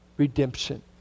redemption